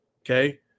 Okay